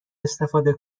استفاده